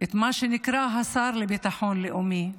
את מי שנקרא השר לביטחון לאומי,